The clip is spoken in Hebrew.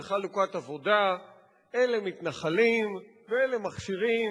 וחלוקת עבודה, אלה מתנחלים ואלה מכשירים,